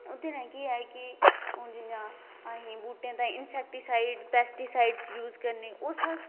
ओहदे कन्ने केह् है कि हून जियां अस बूहटे ताी इनसेक्टीसीइड पेस्टीसाइड यूज करने ओह् सारे